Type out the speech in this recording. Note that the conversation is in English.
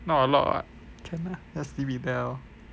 not a lot [what] can lah just leave it there lor